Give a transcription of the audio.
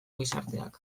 gizarteak